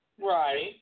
Right